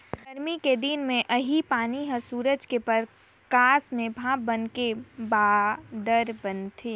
गरमी के दिन मे इहीं पानी हर सूरज के परकास में भाप बनके बादर बनथे